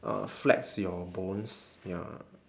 uh flex your bones ya